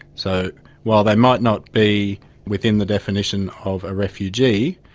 so while they might not be within the definition of a refugee,